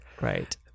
right